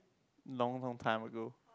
long long time ago